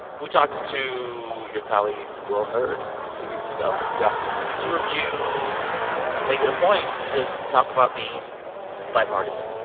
we talked to your colleague, will hurd, a few weeks ago yeah the two of you and make it a point to talk about being bipartisan.